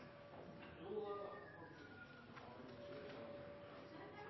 nå